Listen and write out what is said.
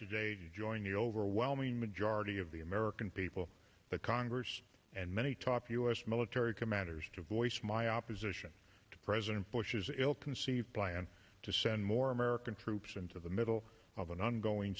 join the overwhelming majority of the american people the congress and many top u s military commanders to voice my opposition to president bush's ill conceived plan to send more american troops into the middle of an ongoing